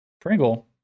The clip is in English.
Pringle